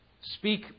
speak